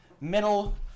Middle